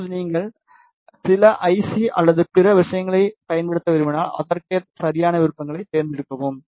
இப்போது நீங்கள் சில ஐ சி அல்லது பிற விஷயங்களைப் பயன்படுத்த விரும்பினால் அதற்கேற்ப சரியான விருப்பங்களைத் தேர்ந்தெடுக்கலாம்